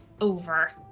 over